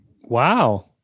wow